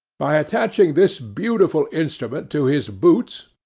by attaching this beautiful instrument to his boots,